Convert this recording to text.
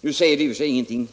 Detta säger i och för sig ingenting